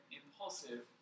impulsive